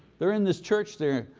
they're in this church there.